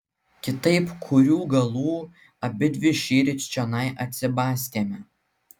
kitaip kurių galų abidvi šįryt čionai atsibastėme